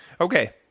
okay